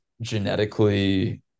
genetically